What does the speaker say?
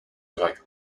like